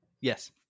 Yes